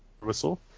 whistle